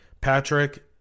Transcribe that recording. Patrick